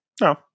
No